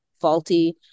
faulty